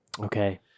Okay